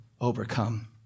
overcome